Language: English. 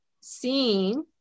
seeing